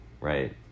right